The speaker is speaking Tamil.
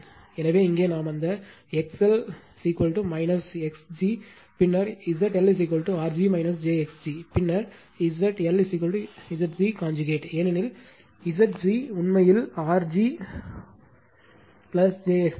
எனவே இங்கே நாம் அந்த XL X g பின்னர் ZLR g j x g பின்னர் ZLZg conjugate ஏனெனில் Zg உண்மையில் R g j x g